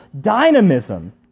dynamism